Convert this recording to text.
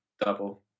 double